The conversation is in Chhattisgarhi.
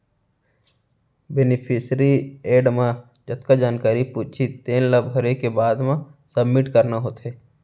बेनिफिसियरी एड म जतका जानकारी पूछही तेन ला भरे के बाद म सबमिट करना होथे